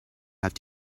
have